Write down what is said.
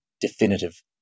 definitive